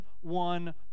one